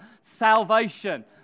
salvation